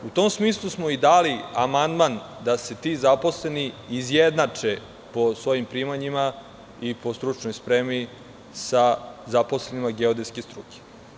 U tom smislu smo i dali amandman da se ti zaposleni izjednače po svojim primanjima i po stručnoj spremi sa zaposlenima geodetske struke.